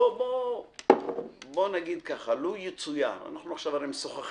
בואו נגיד כך: לו יצויר אנחנו עכשיו הרי משוחחים.